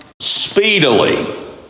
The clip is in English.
speedily